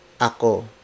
Ako